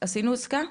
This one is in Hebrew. עשינו עסקה?